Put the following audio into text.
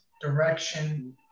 direction